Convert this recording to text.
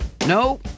No